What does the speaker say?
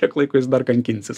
kiek laiko jis dar kankinsis